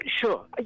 sure